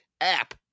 app